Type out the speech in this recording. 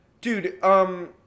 dude